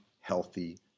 healthy